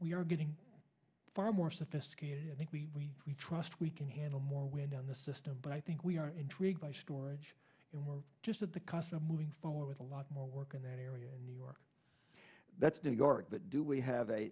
we are getting far more sophisticated i think we we trust we can handle more wind on the system but i think we are intrigued by storage and we're just at the cost of moving forward with a lot more work in new york that's been york but do we have a